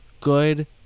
good